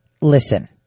Listen